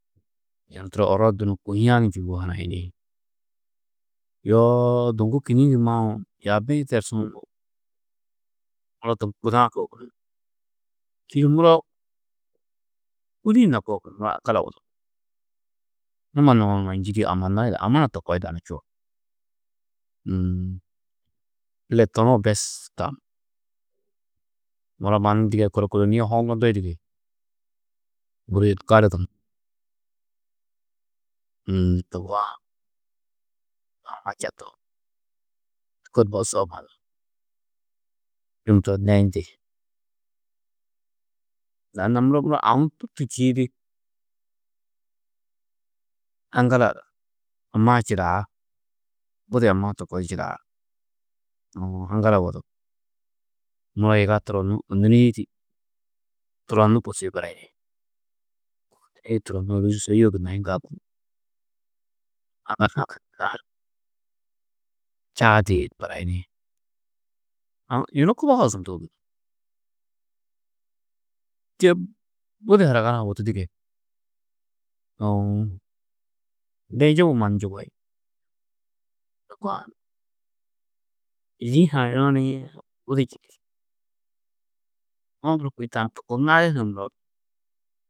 Yunu turo orro di dunuũ kohiadu njûwo hanayini, yoo duŋgu kînnimmi mau yaabi-ĩ tersuũ, muro duŋgu guda-ã koo gunú, čîidi muro kûdi-ĩ na koo gunú, muro aŋgala wudu, numa numoo mannu njîdi, amanno, amana to koo yidanú čuo. Uũ, ille tunuũ bes tam, muro mannu dige kolokolonîe hokndindi dige, gali gunú, uũ duŋgu-ã, amma četu, ndûkor mosoo mannu, yum turo neyindi, laînna muro aũ tûrtu čîidi aŋgala ammaa čidaá, budi amma ha to koo di čidaá, muro, muro aŋgala wudu, muro yiga turonnu ônuri-ĩ di turonnu bosîe barayini, ôrozi sôyoo gunnó yiŋgaldu, čaa teîe ni barayini, aũ, yunu kubogo zondu ôwonni, budi haraga hunu wudu dige, uũ de njubu mannu njubi duŋgu-ã, Yîdiĩ hanayunoo niĩ muro, muro tani kôi tani ŋali hunu.